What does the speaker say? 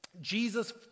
Jesus